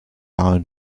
are